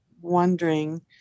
wondering